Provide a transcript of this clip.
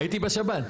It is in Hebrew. הייתי בשב"ן.